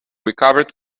recovered